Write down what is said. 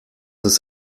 ist